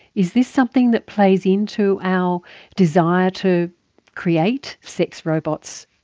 is this something that plays into our desire to create sex robots?